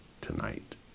tonight